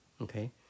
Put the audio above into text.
Okay